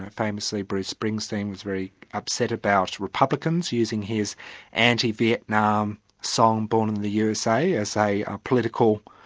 ah famously, bruce springsteen was very upset about republicans using his anti-vietnam song born in the usa, as a political